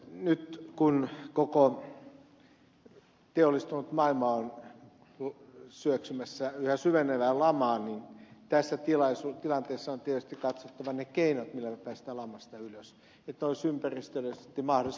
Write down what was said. nyt kun koko teollistunut maailma on syöksymässä yhä syvenevään lamaan tässä tilanteessa on tietysti katsottava ne keinot millä me pääsemme lamasta ylös että ne olisivat ympäristöllisesti mahdollisimman kestäviä